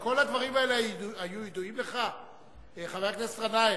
כל הדברים האלה היו ידועים לך, חבר הכנסת גנאים?